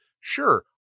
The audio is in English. Sure